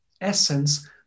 essence